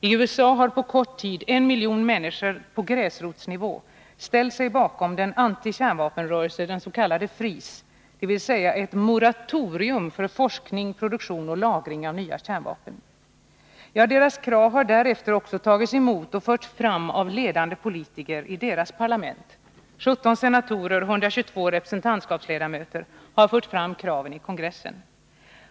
I USA har på kort tid en miljon människor på gräsrotsnivå ställt sig bakom den nya antikärnvapenrörelsen, den s.k. Freeze — som kräver ett moratorium för forskning, produktion och lagring av nya kärnvapen. Ja, deras krav har därefter också tagits emot av ledande politiker, som fört fram dem i sina parlament. 17 senatorer och 122 representantskapsledamöter har fört fram kravet i kongressen.